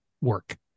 work